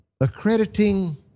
Accrediting